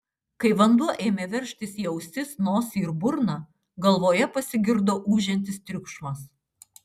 kai vanduo ėmė veržtis į ausis nosį ir burną galvoje pasigirdo ūžiantis triukšmas